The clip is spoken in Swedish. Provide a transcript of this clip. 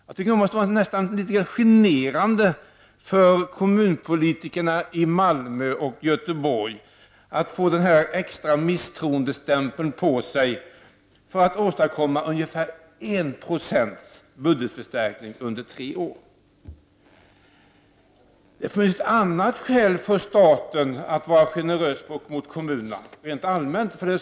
Jag tycker att det måste vara litet genant för kommunpolitikerna i Malmö och Göteborg att få denna extra misstroendestämpel på sig för att de åstadkommer ungefär 1 26 i budgetförstärkning under tre år. Det finns ett annat skäl för staten att vara generös mot kommunerna.